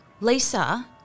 Lisa